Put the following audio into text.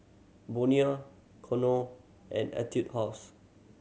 Bonia Knorr and Etude House